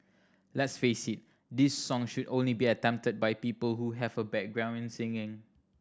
let's face it this song should only be attempted by people who have a background in singing